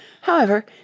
However